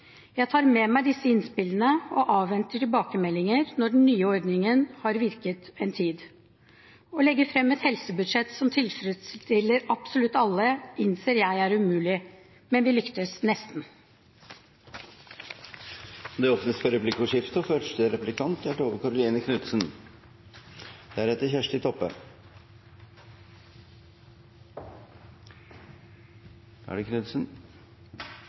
Jeg tar med meg disse innspillene og avventer tilbakemeldinger når den nye ordningen har virket en tid. Å legge fram et helsebudsjett som tilfredsstiller absolutt alle, innser jeg er umulig, men vi lyktes nesten. Det blir replikkordskifte.